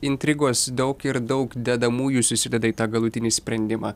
intrigos daug ir daug dedamųjų susideda į tą galutinį sprendimą